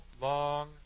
long